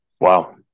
Wow